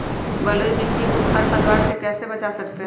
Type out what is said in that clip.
बलुई मिट्टी को खर पतवार से कैसे बच्चा सकते हैँ?